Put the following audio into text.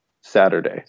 saturday